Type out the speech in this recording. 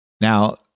Now